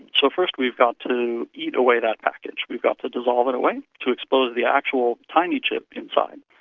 so first we've got to eat away that package, we've got to dissolve it away to expose the actual tiny chip inside.